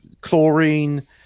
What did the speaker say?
chlorine